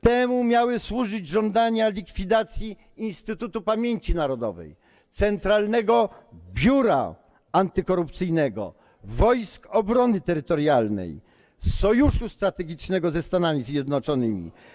Temu miały służyć żądania likwidacji Instytutu Pamięci Narodowej, Centralnego Biura Antykorupcyjnego, Wojsk Obrony Terytorialnej, sojuszu strategicznego ze Stanami Zjednoczonymi.